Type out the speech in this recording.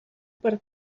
per